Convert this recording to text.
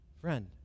Friend